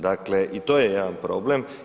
Dakle, i to je jedan problem.